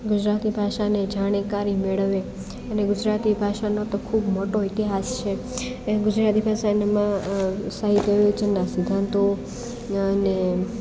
ગુજરાતી ભાષાની જાણકારી મેળવે અને ગુજરાતી ભાષાનો તો ખૂબ મોટો ઈતિહાસ છે એ ગુજરાતી ભાષાનામાં સાહિત્ય વિશેના સિદ્ધાંતો અને